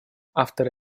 авторы